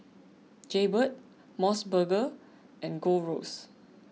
Jaybird Mos Burger and Gold Roast